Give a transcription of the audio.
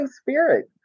Spirit